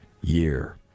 year